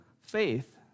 faith